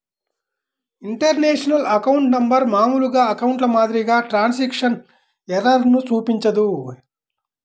international account number మామూలు అకౌంట్ల మాదిరిగా ట్రాన్స్క్రిప్షన్ ఎర్రర్లను చూపించదు